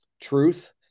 truth